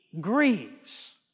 grieves